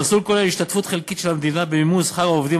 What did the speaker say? המסלול כולל השתתפות חלקית של המדינה במימון שכר העובדים